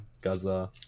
gaza